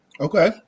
Okay